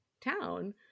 town